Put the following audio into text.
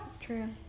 True